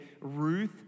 Ruth